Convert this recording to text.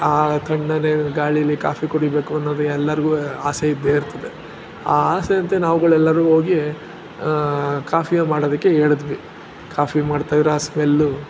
ಆ ತಣ್ಣನೆ ಗಾಳಿಲಿ ಕಾಫಿ ಕುಡಿಬೇಕು ಅನ್ನೋದು ಎಲ್ಲರಿಗೂ ಆಸೆ ಇದ್ದೇ ಇರ್ತದೆ ಆ ಆಸೆಯಂತೆ ನಾವ್ಗಳೆಲ್ಲರೂ ಹೋಗಿ ಕಾಫಿ ಮಾಡೋದಕ್ಕೆ ಹೇಳಿದ್ವಿ ಕಾಫಿ ಮಾಡ್ತಾಯಿರೋ ಆ ಸ್ಮೆಲ್ಲು